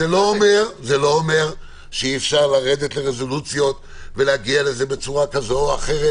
זה לא אומר שאי-אפשר לרדת לרזולוציות ולהגיע לזה בצורה אחרת.